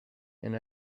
and